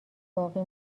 باقی